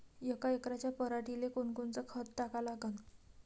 यका एकराच्या पराटीले कोनकोनचं खत टाका लागन?